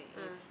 ah